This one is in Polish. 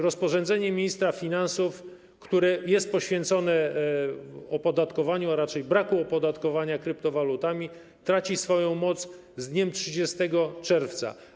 Rozporządzenie ministra finansów, które jest poświęcone opodatkowaniu, a raczej dotyczy braku opodatkowania kryptowalut, traci swoją moc z dniem 30 czerwca.